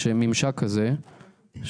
שהוא ממשק אלחוטי,